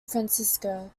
francisco